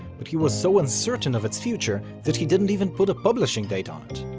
but he was so uncertain of its future that he didn't even put a publishing date on it.